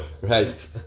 Right